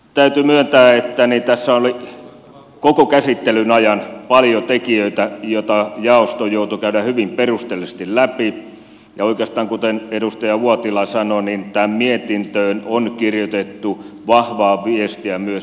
täytyy myöntää että tässä oli koko käsittelyn ajan paljon tekijöitä joita jaosto joutui käymään hyvin perusteellisesti läpi ja oikeastaan kuten edustaja uotila sanoi tähän mietintöön on kirjoitettu vahvaa viestiä myös oikeuskäytäntöön